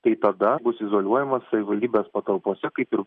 tai tada bus izoliuojamas savivaldybės patalpose kaip ir